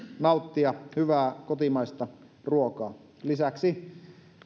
nauttia hyvää kotimaista ruokaa lisäksi